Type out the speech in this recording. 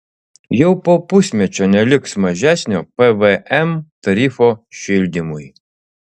jau po pusmečio neliks mažesnio pvm tarifo šildymui